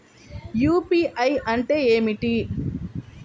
UPI అంటే ఏమిటి?